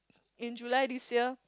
in July this year